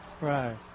Right